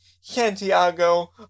Santiago